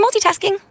multitasking